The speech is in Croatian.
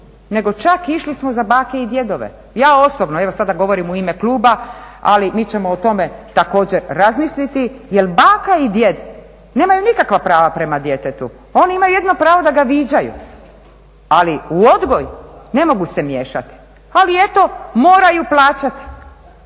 nego čak išli smo za bake i djedove. Ja osobno, evo sada govorim u ime kluba ali mi ćemo o tome također razmisliti jer baka i djed nemaju nikakva prava prema djetetu. Oni imaju jedino pravo da ga viđaju, ali u odgoj ne mogu se miješati. Ali eto moraju plaćati